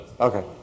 Okay